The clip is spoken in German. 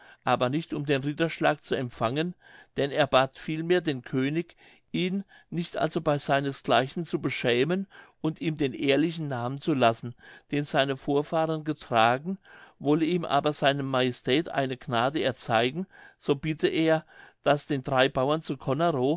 aber nicht um den ritterschlag zu empfangen denn er bat vielmehr den könig ihn nicht also bei seines gleichen zu beschämen und ihm den ehrlichen namen zu lassen den seine vorfahren getragen wolle ihm aber seine majestät eine gnade erzeigen so bitte er daß den drei bauern zu